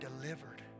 delivered